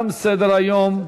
תם סדר-היום.